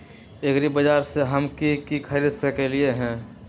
एग्रीबाजार से हम की की खरीद सकलियै ह?